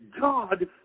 God